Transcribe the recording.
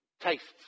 tastes